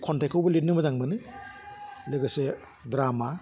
खन्थाइखौबो लेरनो मोजां मोनो लोगोसे ड्रामा